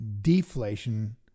deflation